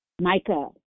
Micah